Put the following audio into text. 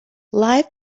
live